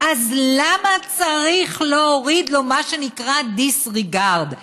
אז למה צריך להוריד לו מה שנקרא disregard?